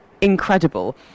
incredible